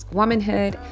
womanhood